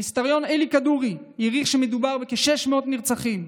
ההיסטוריון אלי כדורי העריך שמדובר בכ-600 נרצחים,